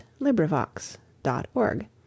LibriVox.org